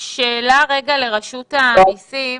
שאלה לרשות המסים.